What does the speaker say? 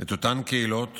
את אותן קהילות